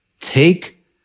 take